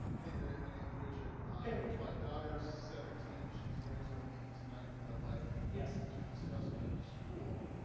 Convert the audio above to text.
hey gary, my name is richard. ah hey richard. my daughter's seventeen, she's going to a meeting tonight with my wife, yes. to discuss with her school,